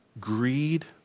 greed